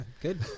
Good